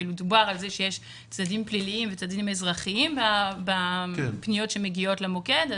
מדובר על כך שיש צדדים פליליים וצדדים אזרחיים בפניות שמגיעות למוקד.